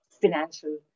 financial